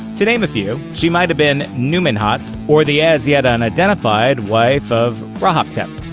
to name a few, she might have been nubemhat, or the as-yet unidentified wife of rahoptep.